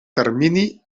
termini